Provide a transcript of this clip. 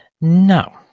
No